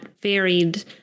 varied